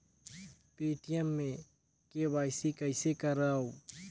Paytm मे KYC कइसे करव?